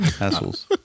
assholes